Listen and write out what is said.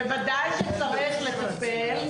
בוודאי שצריך לטפל.